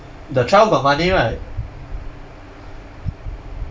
the trial got money right